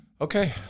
Okay